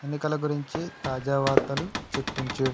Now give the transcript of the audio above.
ఎన్నికల గురించి తాజా వార్తలు చూపించు